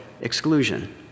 exclusion